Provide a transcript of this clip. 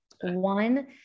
One